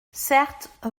certes